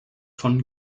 von